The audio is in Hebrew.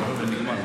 זה נגמר.